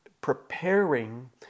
preparing